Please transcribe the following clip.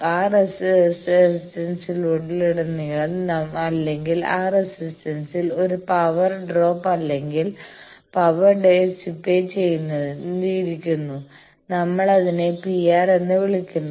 ആ റെസിസ്റ്റൻസിലുടനീളം അല്ലെങ്കിൽ ആ റെസിസ്റ്റൻസിൽ ഒരു പവർ ഡ്രോപ്പ് അല്ലെങ്കിൽ പവർ ഡിസിപേറ്റ് ചെയ്തിരിക്കുന്നു നമ്മൾ അതിനെ PR എന്ന് വിളിക്കുന്നു